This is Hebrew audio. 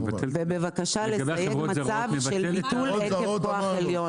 בבקשה לציין מצב של ביטול עקב כוח עליון.